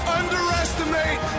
underestimate